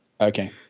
Okay